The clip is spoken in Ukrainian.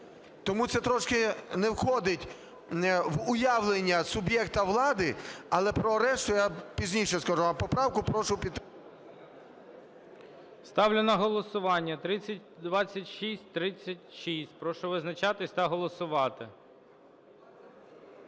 Тому це трошки не входить в уявлення суб'єкта влади, але про решту я пізніше скажу. А поправку прошу підтримати. ГОЛОВУЮЧИЙ. Ставлю на голосування 2636. Прошу визначатися та голосувати.